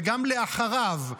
וגם אחריו,